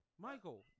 Michael